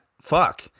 fuck